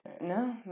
No